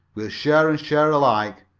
we'll share and share alike,